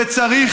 וצריך